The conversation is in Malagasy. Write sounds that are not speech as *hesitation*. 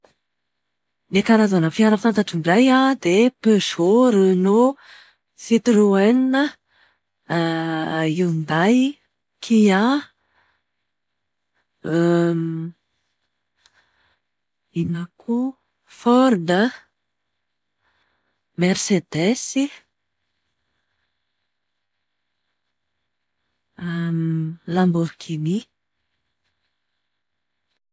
Ny karazana fiara fantatro indray an, dia Peugeot, Renault, Citroen, *hesitation* Hyundai, Kia, *hesitation* inona koa? Ford, Mercedes, *hesitation* Lamborghini.